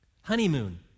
Honeymoon